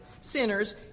sinners